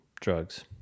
drugs